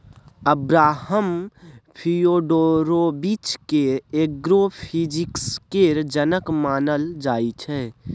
Abraham Fyodorovich केँ agrophysics केर जनक मानल जाइ छै